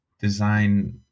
design